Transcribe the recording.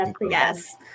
yes